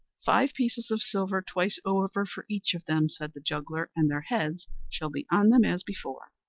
five pieces of silver twice over for each of them, said the juggler, and their heads shall be on them as before.